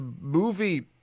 movie